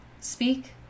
speak